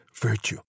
virtue